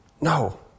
No